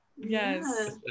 Yes